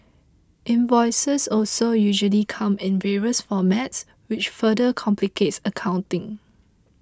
invoices also usually come in various formats which further complicates accounting